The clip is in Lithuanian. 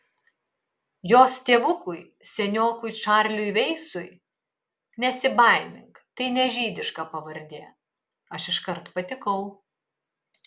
jos tėvukui seniokui čarliui veisui nesibaimink tai ne žydiška pavardė aš iškart patikau